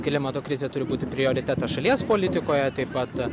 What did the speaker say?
klimato krizė turi būti prioritetas šalies politikoje taip pat